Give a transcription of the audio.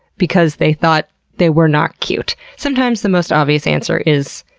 because they thought they were not cute. sometimes the most obvious answer is,